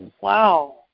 Wow